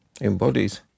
embodies